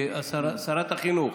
שרת החינוך